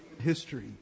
history